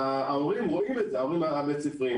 ההורים בבתי הספר רואים את זה.